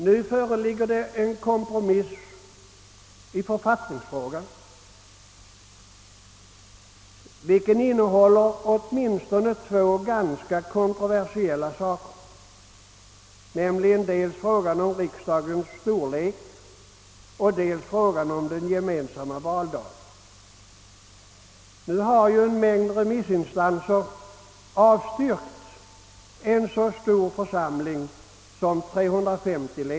Nu föreligger en kompromiss i författningsfrågan, vilken innehåller åitminstone två ganska kontroversiella punkter, nämligen dels frågan om riksdagens storlek och dels frågan om den gemensamma valdagen. En mängd remissinstanser har avstyrkt tanken på ett så stort antal ledamöter som 350.